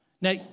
Now